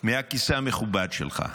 מהכיסא המכובד שלך,